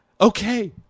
Okay